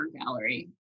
Gallery